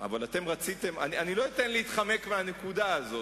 אני לא אתן להתחמק מהנקודה הזאת.